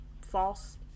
false